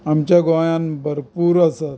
आमच्या गोंयांत भरपूर आसात